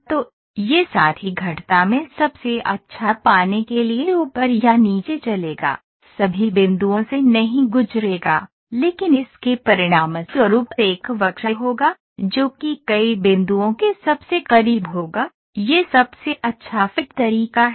तो यह साथी घटता में सबसे अच्छा पाने के लिए ऊपर या नीचे चलेगा सभी बिंदुओं से नहीं गुजरेगा लेकिन इसके परिणामस्वरूप एक वक्र होगा जो कि कई बिंदुओं के सबसे करीब होगा यह सबसे अच्छा फिट तरीका है